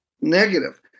negative